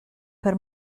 per